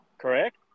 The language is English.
correct